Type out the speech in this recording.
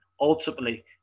Ultimately